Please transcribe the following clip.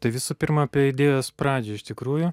tai visų pirma apie idėjos pradžią iš tikrųjų